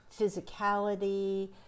physicality